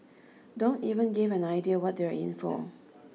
don't even give an idea what they are in for